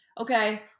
okay